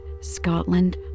Scotland